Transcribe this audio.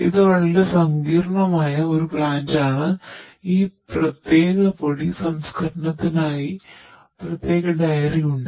ഇത് വളരെ സങ്കീർണ്ണമായ ഒരു പ്ലാന്റാണ് ഈ പ്രത്യേക പൊടി സംസ്കരണത്തിനായി പ്രത്യേക ഡയറി ഉണ്ട്